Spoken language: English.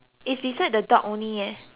only eh